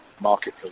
market